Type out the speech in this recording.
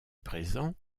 présent